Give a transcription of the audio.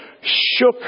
shook